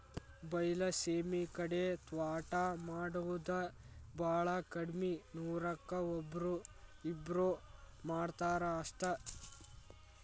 ಬೈಲಸೇಮಿ ಕಡೆ ತ್ವಾಟಾ ಮಾಡುದ ಬಾಳ ಕಡ್ಮಿ ನೂರಕ್ಕ ಒಬ್ಬ್ರೋ ಇಬ್ಬ್ರೋ ಮಾಡತಾರ ಅಷ್ಟ